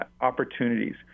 opportunities